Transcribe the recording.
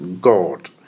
God